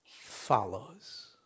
follows